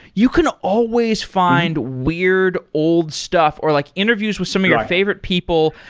you can always find weird old stuff or like interviews with some of your favorite people.